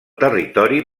territori